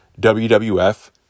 WWF